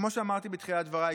כמו שאמרתי בתחילת דבריי,